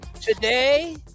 Today